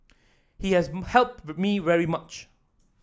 he has helped me very much